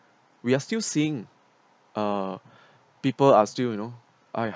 we are still seeing uh people are still you know !aiya!